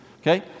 okay